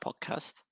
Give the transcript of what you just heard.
podcast